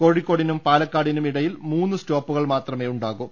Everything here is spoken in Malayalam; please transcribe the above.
കോഴിക്കോടിനും പാലക്കാടിനും ഇടയിൽ മൂന്ന് സ്റ്റോപ്പുകൾ മാത്രമേ ഉണ്ടാകൂ